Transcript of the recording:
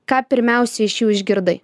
ką pirmiausia iš jų išgirdai